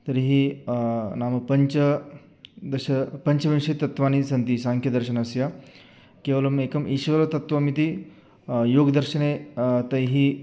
तर्हि नाम पञ्चदश पञ्चविंशतिः तत्त्वानि सन्ति साङ्ख्यदर्शनस्य केवलम् एकम् ईश्वरतत्त्वम् इति योगदर्शने तैः